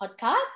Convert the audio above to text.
podcast